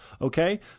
okay